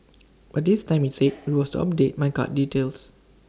but this time IT said IT was to update my card details